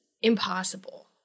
impossible